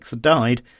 died